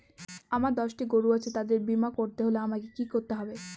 আমার দশটি গরু আছে তাদের বীমা করতে হলে আমাকে কি করতে হবে?